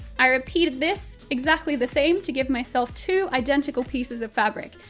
i repeated this, exactly the same to give myself two identical pieces of fabric,